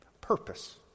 purpose